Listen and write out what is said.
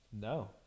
No